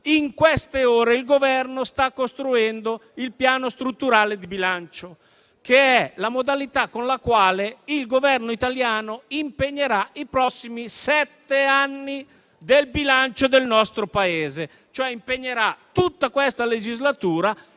in queste ore il Governo sta costruendo il Piano strutturale di bilancio, che è la modalità con la quale il Governo italiano impegnerà i prossimi sette anni del bilancio del nostro Paese, cioè tutta la legislatura